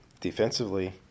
defensively